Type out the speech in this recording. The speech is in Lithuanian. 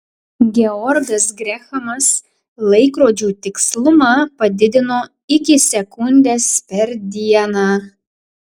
georgas grehamas laikrodžių tikslumą padidino iki sekundės per dieną